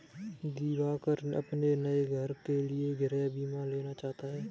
दिवाकर अपने नए घर के लिए गृह बीमा लेना चाहता है